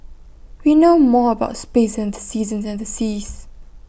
we know more about space than the seasons and the seas